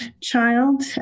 child